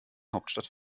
hauptstadt